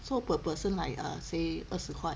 so per person like err say 二十块